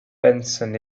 benson